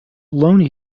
alone